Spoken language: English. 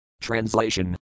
Translation